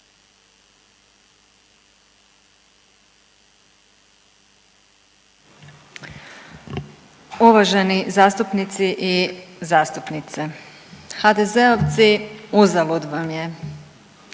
Uvaženi zastupnici i zastupnice, HDZ-ovci uzalud vam je.